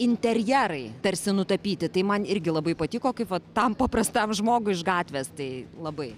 interjerai tarsi nutapyti tai man irgi labai patiko kaip tam paprastam žmogui iš gatvės tai labai